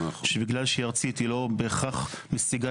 ובגלל שהיא ארצית היא לא בהכרח משיגה